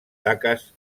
taques